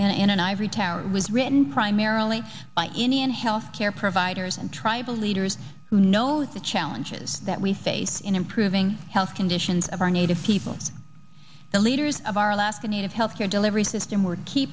in an ivory tower was written primarily by indian health care providers and tribal leaders who know the challenges that we face in improving health conditions of our native people the leaders of our alaskan native health care delivery system were key